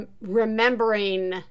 remembering